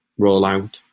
rollout